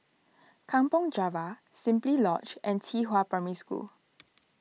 Kampong Java Simply Lodge and Qihua Primary School